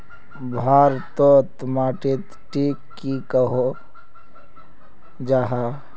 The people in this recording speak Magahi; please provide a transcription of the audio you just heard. भारत तोत माटित टिक की कोहो जाहा?